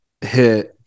hit